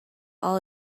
all